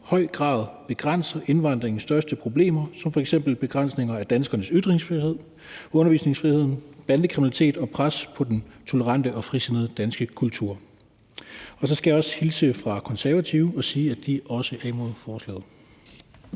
høj grad begrænser indvandringens største problemer som f.eks. begrænsninger af danskernes ytringsfrihed og undervisningsfriheden, bandekriminalitet og pres på den tolerante og frisindede danske kultur. Og så skal jeg hilse fra Konservative og sige, at de også er imod forslaget.